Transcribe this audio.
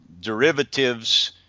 derivatives